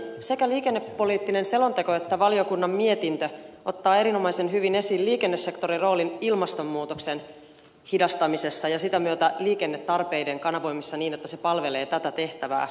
sekä liikennepoliittinen selonteko että valiokunnan mietintö ottavat erinomaisen hyvin esiin liikennesektorin roolin ilmastonmuutoksen hidastamisessa ja sitä myötä liikennetarpeiden kanavoimisessa niin että se palvelee tätä tehtävää